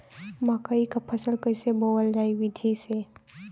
मकई क फसल कईसे बोवल जाई विधि से?